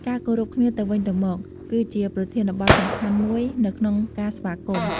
ការគោរពគ្នាទៅវិញទៅមក គឺជាប្រធានបទសំខាន់មួយនៅក្នុងការស្វាគមន៍។